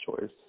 choice